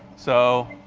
so